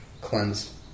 cleanse